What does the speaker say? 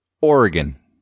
Oregon